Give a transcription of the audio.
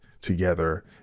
together